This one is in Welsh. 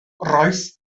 rois